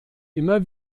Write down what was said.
immer